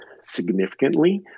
significantly